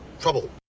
trouble